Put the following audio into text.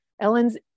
Ellen's